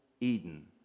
Eden